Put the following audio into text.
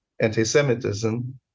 anti-Semitism